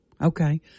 Okay